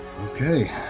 Okay